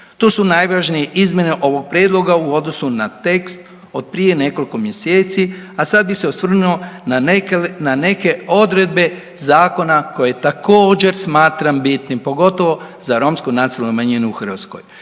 Tu su najvažniji izmjene ovog prijedloga u odnosu na tekst od prije nekoliko mjeseci, a sad bih se osvrnuo na neke odredbe zakona koje također, smatram bitnim, pogotovo za romsku nacionalnu manjinu u Hrvatskoj,